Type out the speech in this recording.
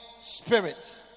Spirit